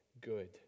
good